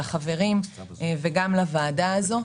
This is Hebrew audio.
לחברים וגם לוועדה הזו.